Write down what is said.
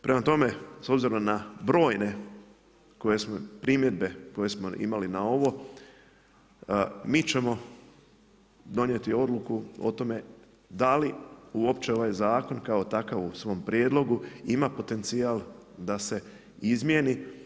Prema tome, s obzirom na brojne primjedbe koje smo imali na ovo, mi ćemo donijeti odluku o tome da li uopće ovaj zakon kao takav u svom prijedlogu ima potencijal da se izmijeni.